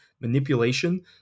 manipulation